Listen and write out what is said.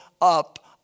up